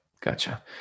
Gotcha